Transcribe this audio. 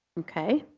okay.